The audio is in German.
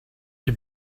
die